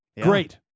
Great